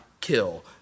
kill